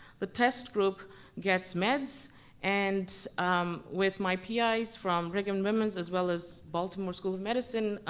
the test group gets medss and with my pis from brigham women's as well as baltimore school medicine,